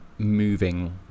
moving